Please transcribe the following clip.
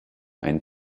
einen